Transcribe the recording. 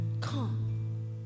Come